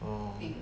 oh